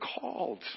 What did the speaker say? called